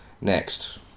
Next